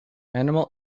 animal